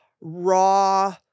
raw